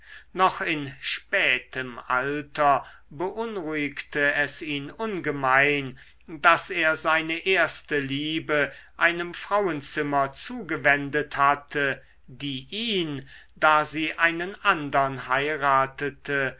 noch in spätem alter beunruhigte es ihn ungemein daß er seine erste liebe einem frauenzimmer zugewendet hatte die ihn da sie einen andern heiratete